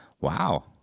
Wow